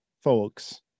folks